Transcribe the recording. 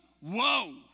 whoa